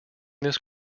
this